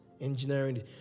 engineering